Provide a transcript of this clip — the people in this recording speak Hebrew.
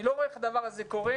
אני לא רואה איך הדבר הזה קורה.